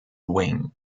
wing